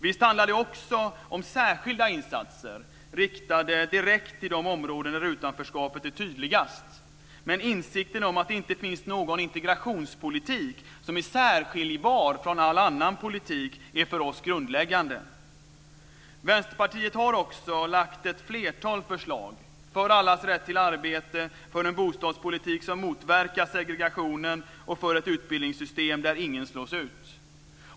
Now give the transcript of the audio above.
Visst handlar det också om särskilda insatser riktade direkt till de områden där utanförskapet är tydligast, men insikten om att det inte finns någon integrationspolitik som är särskiljbar från all annan politik är för oss grundläggande. Vänsterpartiet har också lagt fram ett antal förslag för allas rätt till arbete, för en bostadspolitik som motverkar segregationen och för ett utbildningssystem där ingen slås ut.